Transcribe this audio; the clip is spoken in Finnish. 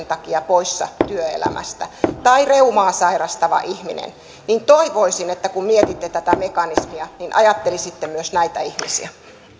takia poissa työelämästä tai reumaa sairastava ihminen toivoisin että kun mietitte tätä mekanismia niin ajattelisitte myös näitä ihmisiä